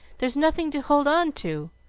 there's nothing to hold on to!